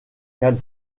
cale